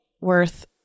worth